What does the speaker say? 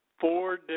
four